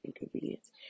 inconvenience